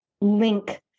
link